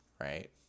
right